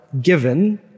given